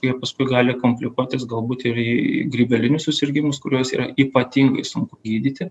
jie paskui gali komplikuotis galbūt ir į grybelinius susirgimus kuriuos yra ypatingai sunku gydyti